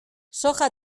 soja